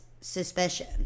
suspicion